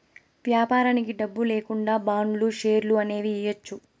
వ్యాపారానికి డబ్బు లేకుండా బాండ్లు, షేర్లు అనేవి ఇయ్యచ్చు